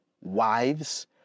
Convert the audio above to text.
wives